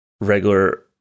regular